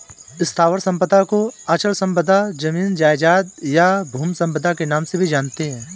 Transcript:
स्थावर संपदा को अचल संपदा, जमीन जायजाद, या भू संपदा के नाम से भी जानते हैं